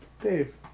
Dave